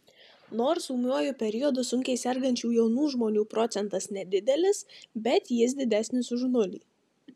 nors ūmiuoju periodu sunkiai sergančių jaunų žmonių procentas nedidelis bet jis didesnis už nulį